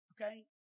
Okay